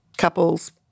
couples